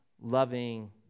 loving